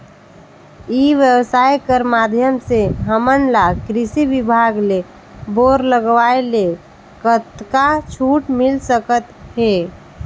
ई व्यवसाय कर माध्यम से हमन ला कृषि विभाग ले बोर लगवाए ले कतका छूट मिल सकत हे?